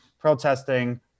protesting